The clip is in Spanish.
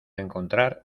encontrar